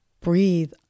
breathe